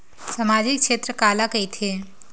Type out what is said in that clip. सामजिक क्षेत्र काला कइथे?